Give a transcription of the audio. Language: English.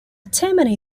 tammany